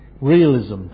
Realism